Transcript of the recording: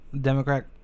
Democrat